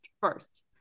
first